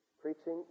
Preaching